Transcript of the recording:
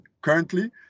currently